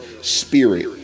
spirit